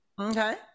Okay